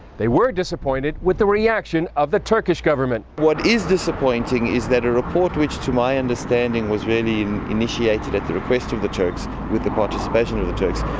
they were disappointed with the reaction of the turkish government. what is disappointing is that a report, which to my understanding, was really initiated at the request of the turks, with the participation of the turks,